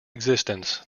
existence